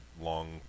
long